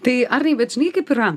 tai arnai bet žinai kaip yra